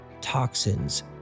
toxins